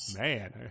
Man